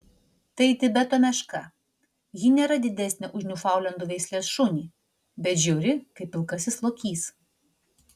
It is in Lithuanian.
tai tibeto meška ji nėra didesnė už niūfaundlendų veislės šunį bet žiauri kaip pilkasis lokys